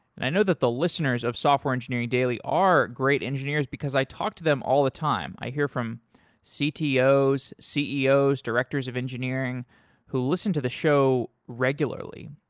and i know that the listeners of software engineering daily are great engineers because i talked to them all the time. i hear from ctos, ceos, directors of engineering who listen to the show regularly.